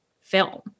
film